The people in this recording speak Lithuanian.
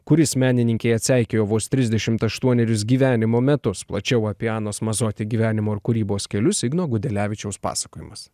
kuris menininkei atseikėjo vos trisdešim aštuonerius gyvenimo metus plačiau apie anos mazoti gyvenimo ir kūrybos kelius igno gudelevičiaus pasakojimas